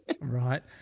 Right